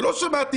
לא שמעתי